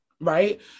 right